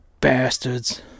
bastards